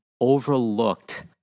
overlooked